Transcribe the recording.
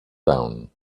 down